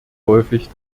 häufig